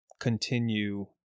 continue